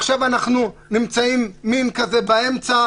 עכשיו אנחנו נמצאים באמצע.